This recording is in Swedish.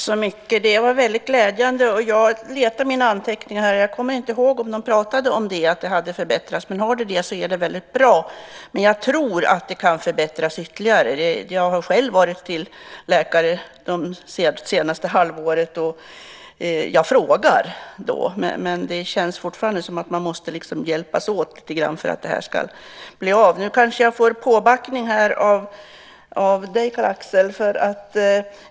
Fru talman! Det var glädjande. Jag letar i mina anteckningar, för jag kommer inte ihåg om de pratade om att rapporteringen hade förbättrats. Om det är så är det väldigt bra, men jag tror att den kan förbättras ytterligare. Jag har själv varit hos läkare det senaste halvåret, och jag frågar då. Det känns fortfarande som om man måste hjälpas åt för att det ska bli av. Nu kanske jag får påbackning av Carl-Axel Johansson.